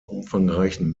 umfangreichen